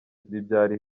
bibyara